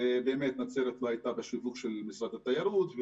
ובאמת נצרת לא הייתה בשיווק של משרד התיירות.